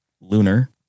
lunar